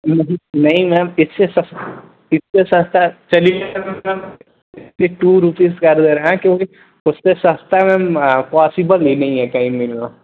नही नही मैम इससे सस इससे सस्ता चलिए टू रूपीस क्योंकी उससे सस्ता मैम पसिबल ही नहीं है कहीं मिलना